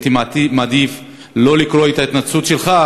הייתי מעדיף לא לקרוא את ההתנצלות שלך,